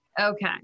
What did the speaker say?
Okay